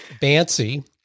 bancy